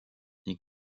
ning